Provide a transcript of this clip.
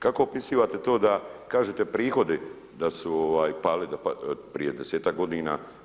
Kako opisivate to da kažete prihodi da su pali prije 10-ak godina?